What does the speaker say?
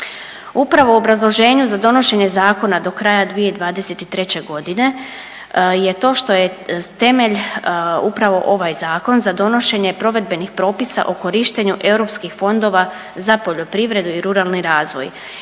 Upravo u obrazloženju za donošenje zakona do kraja 2023. godine je to što je temelj upravo ovaj zakon za donošenje provedbenih propisa o korištenju europskih fondova za poljoprivredu i ruralni razvoj